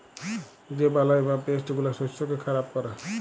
যে বালাই বা পেস্ট গুলা শস্যকে খারাপ ক্যরে